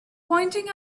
pointing